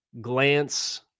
glance